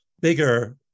bigger